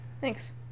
Thanks